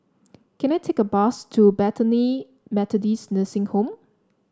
can I take a bus to Bethany Methodist Nursing Home